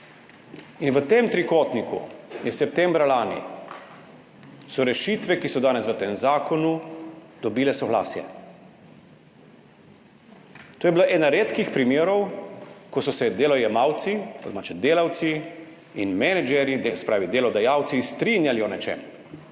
In v tem trikotniku so septembra lani rešitve, ki so danes v tem zakonu, dobile soglasje. To je bil eden redkih primerov, ko so se delojemalci, po domače delavci in menedžerji, se pravi delodajalci, strinjali o nečem;